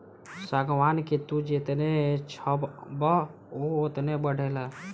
सागवान के तू जेतने छठबअ उ ओतने बढ़ेला